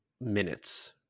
minutes